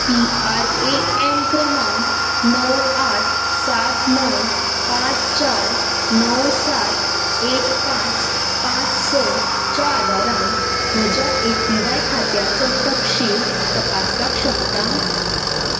P R A N क्रमांक णव आठ सात णव पांच चार णव सात एक पांच पांच सच्या आदारान म्हज्या ए पी व्हाय खात्याचो तपशील तपासपाक शकतां